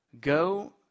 Go